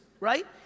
Right